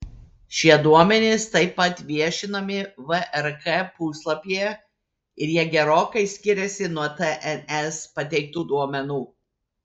šie duomenys taip pat viešinami vrk puslapyje ir jie gerokai skiriasi nuo tns pateiktų duomenų